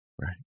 right